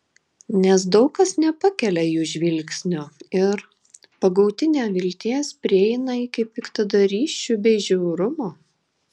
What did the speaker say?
nes daug kas nepakelia jų žvilgsnio ir pagauti nevilties prieina iki piktadarysčių bei žiaurumo